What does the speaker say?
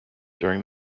during